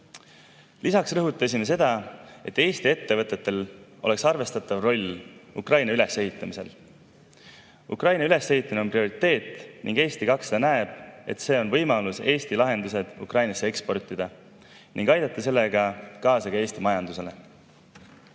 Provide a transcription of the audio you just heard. Lisaks rõhutasime seda, et Eesti ettevõtetel oleks arvestatav roll Ukraina ülesehitamisel. Ukraina ülesehitamine on prioriteet ning Eesti 200 näeb, et see on võimalus Eesti lahendused Ukrainasse eksportida ning aidata sellega kaasa ka Eesti majandusele. Tänan